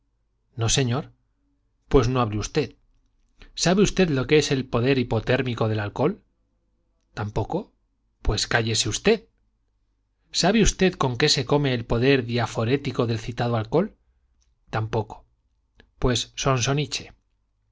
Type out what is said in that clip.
no señor pues no hable usted sabe usted lo que es el poder hipotérmico del alcohol tampoco pues cállese usted sabe usted con qué se come el poder diaforético del citado alcohol tampoco pues